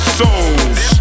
souls